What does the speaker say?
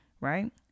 Right